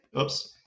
oops